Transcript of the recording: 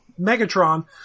Megatron